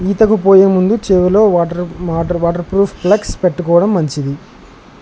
ఈతకు పోయే ముందు చెవిలో water water waterproof plugs పెట్టుకోవడం మంచిది